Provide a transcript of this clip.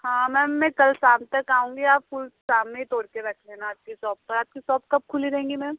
हाँ मैम मैं कल शाम तक आऊँगी आप फूल शाम में ही तोड़ कर रख लेना आपकी सोप पर आपकी सोप कब खुली रहेंगी मैम